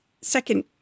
second